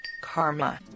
karma